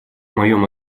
моем